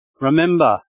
remember